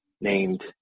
named